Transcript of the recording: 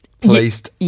placed